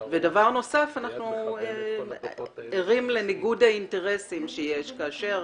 ודבר נוסף, אנחנו ערים לניגוד האינטרסים שיש כאשר